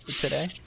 today